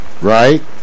right